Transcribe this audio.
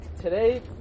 today